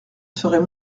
serait